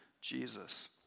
Jesus